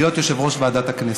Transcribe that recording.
להיות יושב-ראש ועדת הכנסת.